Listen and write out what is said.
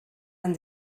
han